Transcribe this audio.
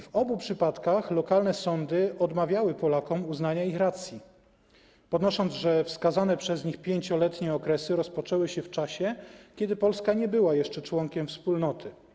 W obu przypadkach lokalne sądy odmawiały Polakom uznania ich racji, podnosząc, że wskazane przez nich 5-letnie okresy rozpoczęły się w czasie, kiedy Polska nie była jeszcze członkiem Wspólnoty.